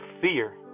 fear